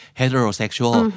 heterosexual